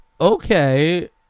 okay